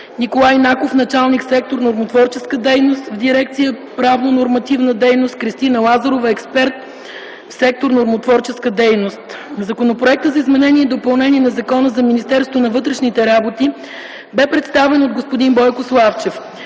Николай Наков – началник сектор „Нормотворческа дейност” в Дирекция „Правно-нормативна дейност”, Кристина Лазарова – експерт в сектор „Нормотворческа дейност”. Законопроектът за изменение и допълнение на Закона за Министерството на вътрешните работи бе представен от господин Бойко Славчев.